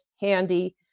handy